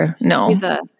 No